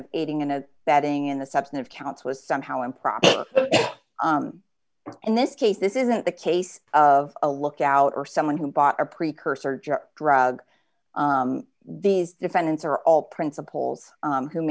of aiding and abetting in the substantive counts was somehow improper in this case this isn't the case of a lookout or someone who bought a precursor jar drug these defendants are all principles